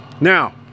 Now